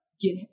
get